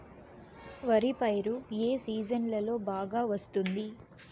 వరి పైరు ఏ సీజన్లలో బాగా వస్తుంది